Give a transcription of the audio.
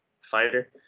fighter